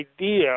idea